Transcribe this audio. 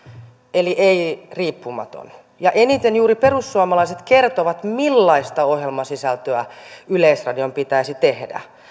eli ei riippumaton ja eniten juuri perussuomalaiset kertovat millaista ohjelmasisältöä yleisradion pitäisi tehdä